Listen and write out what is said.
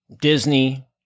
Disney